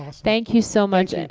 ah thank you so much. and